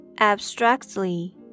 abstractly